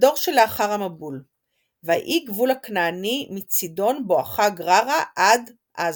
בדור שאחר המבול ”ויהי גבול הכנעני מצידן באכה גררה עד עזה.